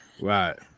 Right